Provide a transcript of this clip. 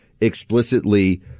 explicitly